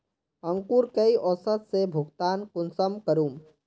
अंकूर कई औसत से भुगतान कुंसम करूम?